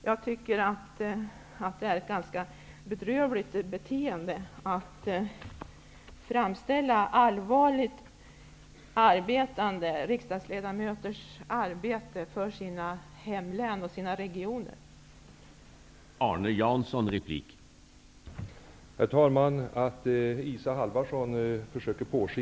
Jag tycker att det är ett ganska bedrövligt beteende att framställa allvarligt arbetande riksdagsledamöters arbete för sina hemlän och för sina regioner på detta sätt.